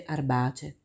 Arbace